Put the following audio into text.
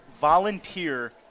Volunteer